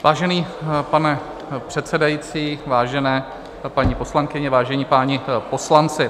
Vážený pane předsedající, vážené paní poslankyně, vážení páni poslanci.